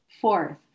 Fourth